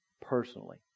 personally